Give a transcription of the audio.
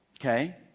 Okay